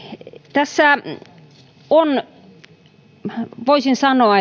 tässä on voisin sanoa